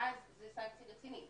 ואז זו סנקציה רצינית,